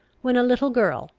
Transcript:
when a little girl,